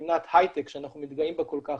מדינת הייטק שאנחנו מתגאים בה כל כך,